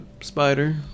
spider